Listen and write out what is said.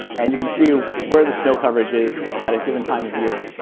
and you can see where the snow coverage is at a given time of year.